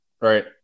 Right